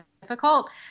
difficult